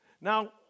Now